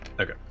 Okay